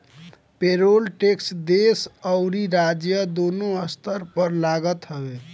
payroll tax देस अउरी राज्य दूनो स्तर पर लागत हवे